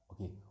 okay